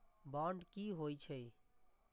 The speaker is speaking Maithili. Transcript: बांड की होई छै?